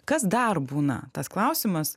kas dar būna tas klausimas